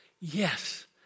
yes